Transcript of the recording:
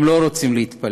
הם לא רוצים להתפלל,